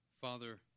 Father